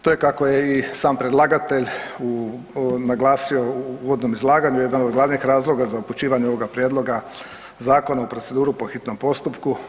To je kako je i sam predlagatelj naglasio u uvodnom izlaganju, jedan od glavnih razloga za upućivanje ovoga prijedloga zakona u proceduru po hitnom postupku.